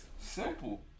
Simple